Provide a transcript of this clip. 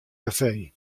kafee